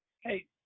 hey